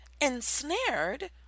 ensnared